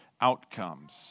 outcomes